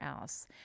else